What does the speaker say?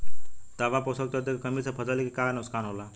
तांबा पोषक तत्व के कमी से फसल के का नुकसान होला?